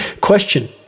Question